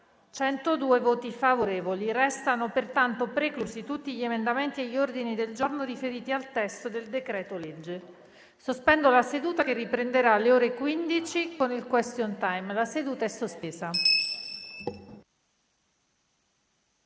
*(v. Allegato B).* Risultano pertanto preclusi tutti gli emendamenti e gli ordini del giorno riferiti al testo del decreto-legge n. 61. Sospendo la seduta, che riprenderà alle ore 15 con il *question time*. *(La seduta, sospesa